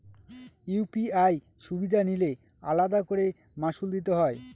UPI সুবিধা নিলে আলাদা করে মাসুল দিতে হয়?